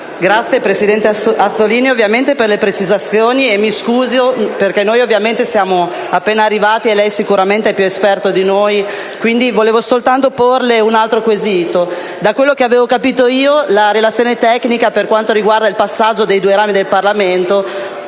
il presidente Azzollini per le precisazioni e mi scuso, perché noi siamo appena arrivati e lei sicuramente è più esperto di noi. Volevo soltanto porre un altro quesito. Da quello che avevo capito io, la relazione tecnica, per quanto riguarda il passaggio tra i due rami del Parlamento,